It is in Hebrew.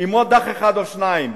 עם עוד אח אחד או שניים.